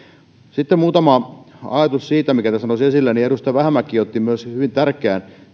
sitten muutama ajatus siitä mikä tässä nousi esille edustaja vähämäki otti hyvin tärkeän